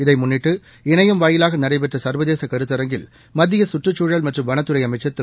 இதை முன்னிட்டு இணையம் வாயிலாக் நடைபெற்ற சா்வதேச கருத்தரங்கில் மத்திய கற்றுச்சூழல் மற்றும் வனத்துறை அமைச்சர் திரு